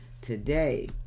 today